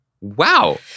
Wow